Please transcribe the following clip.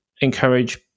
encourage